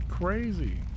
crazy